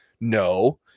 no